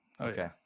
Okay